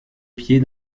pied